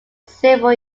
several